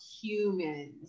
humans